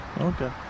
okay